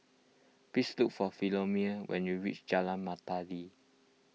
please look for Philomene when you reach Jalan Melati